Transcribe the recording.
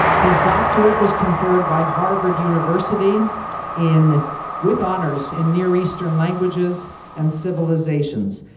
his doctorate was conferred by harvard university in with honors in near eastern languages and civilizations.